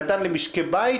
נתן למשקי בית